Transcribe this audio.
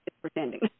pretending